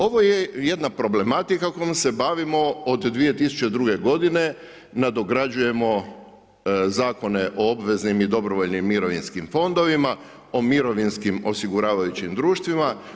Ovo je jedna problematika kojom se bavimo od 2002. godine, nadograđujemo zakone o obveznim i dobrovoljnim mirovinskim fondovima, o mirovinskim osiguravajućim društvima.